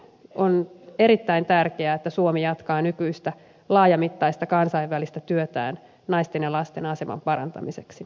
on erittäin tärkeää että suomi jatkaa nykyistä laajamittaista kansainvälistä työtään naisten ja lasten aseman parantamiseksi